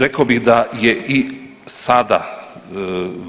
Rekao bih da je i sada